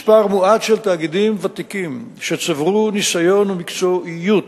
מספר מועט של תאגידים ותיקים שצברו ניסיון ומקצועיות